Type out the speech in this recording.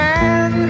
Man